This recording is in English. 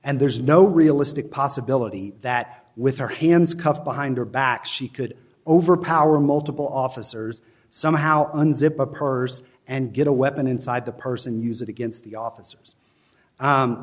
and there's no realistic possibility that with her hands cuffed behind her back she could overpower multiple officers somehow unzip a purse and get a weapon inside the purse and use it against the office